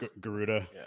garuda